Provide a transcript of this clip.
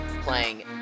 playing